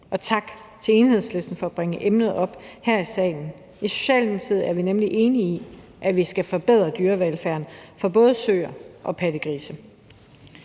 Og tak til Enhedslisten for at bringe emnet op her i salen. I Socialdemokratiet er vi nemlig enige i, at vi skal forbedre dyrevelfærden for både søer og pattegrise.